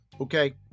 Okay